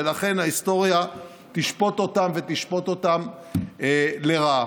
ולכן ההיסטוריה תשפוט אותם ותשפוט אותם לרעה.